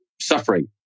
suffering